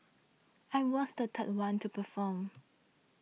I was the third one to perform